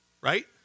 right